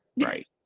Right